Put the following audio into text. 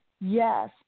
Yes